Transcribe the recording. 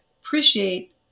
appreciate